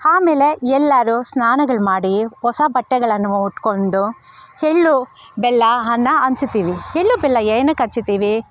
ಆಮೇಲೆ ಎಲ್ಲರು ಸ್ನಾನಗಳು ಮಾಡಿ ಹೊಸ ಬಟ್ಟೆಗಳನ್ನು ಉಟ್ಕೊಂಡು ಎಳ್ಳು ಬೆಲ್ಲವನ್ನ ಹಂಚ್ತೀವಿ ಎಳ್ಳು ಬೆಲ್ಲ ಏನಕ್ಕೆ ಹಂಚ್ತೀವಿ